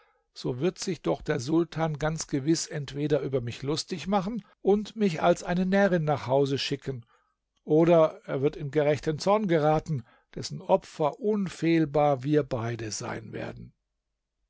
so wird sich doch der sultan ganz gewiß entweder über mich lustig machen und mich als eine närrin nach hause schicken oder er wird in gerechten zorn geraten dessen opfer unfehlbar wir beide sein werden